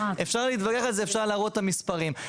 אפשר להתווכח על זה ואפשר להראות את המספרים.